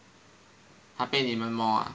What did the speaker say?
他 pay 你们 more ah